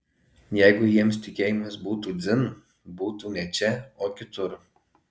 jeigu jiems tikėjimas būtų dzin būtų ne čia o kitur